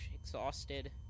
exhausted